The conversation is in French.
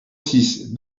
six